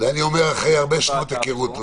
ואת זה אני אומר אחרי הרבה שנות היכרות.